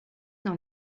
dans